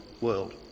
world